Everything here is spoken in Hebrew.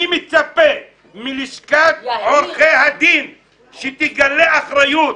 אני מצפה מלשכת עורכי הדין שתגלה אחריות,